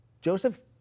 Joseph